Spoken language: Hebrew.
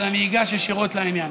אבל אני אגש ישירות לעניין.